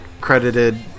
credited